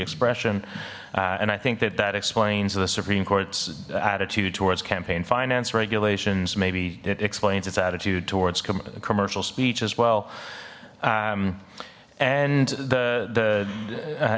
expression and i think that that explains the supreme court's attitude towards campaign finance regulations maybe it explains its attitude towards commercial speech as well and the the